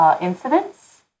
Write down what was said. incidents